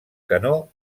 canó